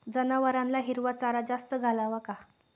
जनावरांना हिरवा चारा जास्त घालावा का?